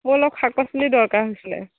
মোক অলপ শাক পাচলিৰ দৰকাৰ হৈছিলে